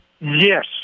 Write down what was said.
Yes